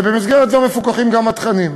ובמסגרת זו מפוקחים גם התכנים.